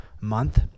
month